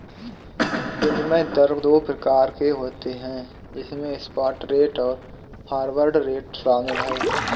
विनिमय दर दो प्रकार के होते है जिसमे स्पॉट रेट और फॉरवर्ड रेट शामिल है